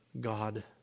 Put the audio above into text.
God